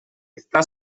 está